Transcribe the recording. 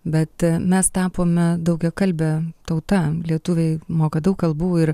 bet mes tapome daugiakalbe tauta lietuviai moka daug kalbų ir